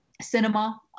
cinema